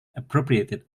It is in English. appropriated